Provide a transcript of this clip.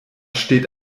steht